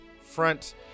front